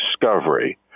discovery